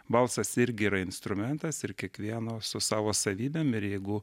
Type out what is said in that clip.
balsas irgi yra instrumentas ir kiekvieno su savo savybėm ir jeigu